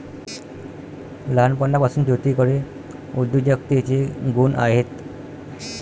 लहानपणापासून ज्योतीकडे उद्योजकतेचे गुण आहेत